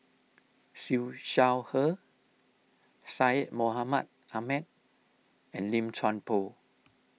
Siew Shaw Her Syed Mohamed Ahmed and Lim Chuan Poh